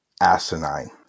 asinine